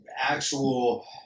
actual